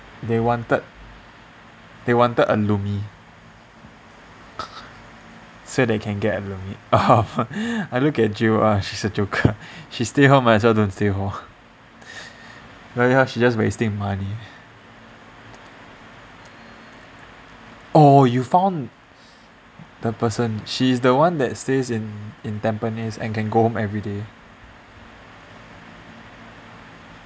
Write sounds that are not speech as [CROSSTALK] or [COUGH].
they wanted they wanted a roomie so they can get a roommate [NOISE] and look at jill ah she's a joke she still home that's why don't stay hall ya ya she's just wasting money oh you found the person she's the one that stays in tampines and can go home everyday